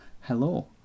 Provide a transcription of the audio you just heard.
hello